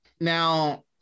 now